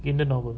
in the novel